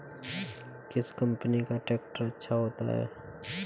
किस कंपनी का ट्रैक्टर अच्छा होता है?